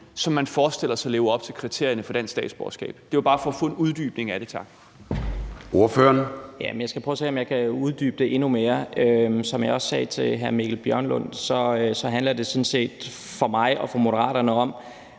som man forestiller sig lever op til kriterierne for at få dansk statsborgerskab. Det var bare for at få en uddybning af det, tak. Kl. 10:34 Formanden (Søren Gade): Ordføreren. Kl. 10:34 Mohammad Rona (M): Jeg skal prøve at se, om jeg kan uddybe det endnu mere. Som jeg også sagde til hr. Mikkel Bjørn, handler det sådan set for mig og Moderaterne om,